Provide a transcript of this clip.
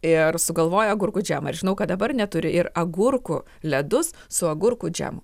ir sugalvojo agurkų džemą ir žinau kad dabar net turi ir agurkų ledus su agurkų džemu